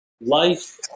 life